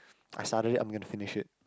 I started it I'm gonna finish it